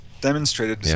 demonstrated